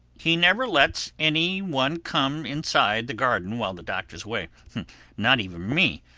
he never lets any one come inside the garden while the doctor's away not even me,